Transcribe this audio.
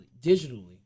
digitally